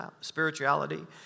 spirituality